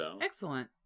Excellent